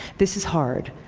this is hard.